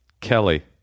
Kelly